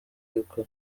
y’uko